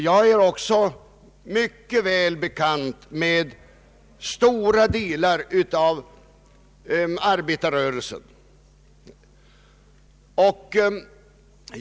Jag är också mycket väl bekant med stora delar av arbetarrörelsen.